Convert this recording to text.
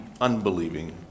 unbelieving